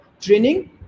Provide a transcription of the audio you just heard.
training